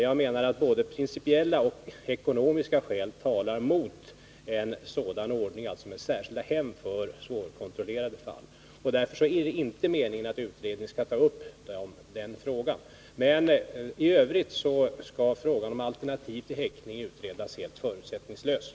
Jag menar att både principella och ekonomiska skäl talar mot en sådan ordning, alltså särskilda hem för svårkontrollerade fall. Därför är det inte meningen att utredningen skall ta upp den frågan. I övrigt skall frågan om alternativ till häktning utredas helt förutsättningslöst.